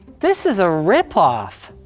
this is a rip-off.